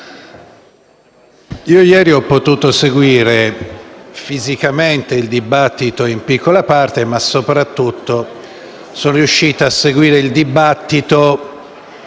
ieri ho potuto seguire fisicamente il dibattito in piccola parte, ma soprattutto sono riuscito a seguire il dibattito